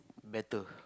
better